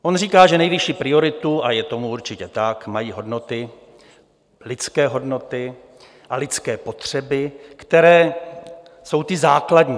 On říká, že nejvyšší prioritu, a je tomu určitě tak, mají hodnoty, lidské hodnoty a lidské potřeby, které jsou ty základní.